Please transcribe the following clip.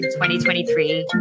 2023